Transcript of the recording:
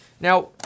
now